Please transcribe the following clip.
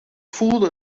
voelde